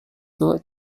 two